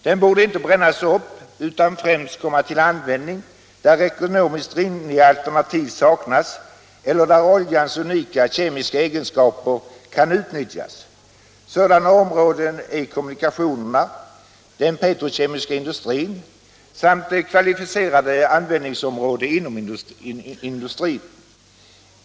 Den borde inte brännas upp utan främst komma till användning där ekonomiskt rimliga alternativ saknas eller där oljans unika kemiska egenskaper kan utnyttjas. Sådana områden är kommunikationerna, den petrokemiska industrin samt kvalificerade användningsområden inom industrin.